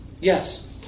Yes